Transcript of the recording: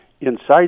inside